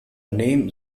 name